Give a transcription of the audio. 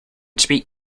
speak